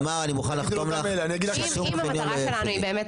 תמר, אני מוכן לחתום לך ששום חניון לא יהיה הפסדי.